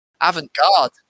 Avant-garde